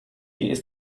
ist